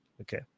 Okay